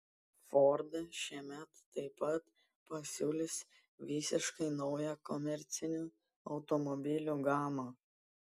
ford šiemet taip pat pasiūlys visiškai naują komercinių automobilių gamą